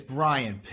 Brian